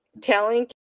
telling